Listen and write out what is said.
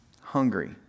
hungry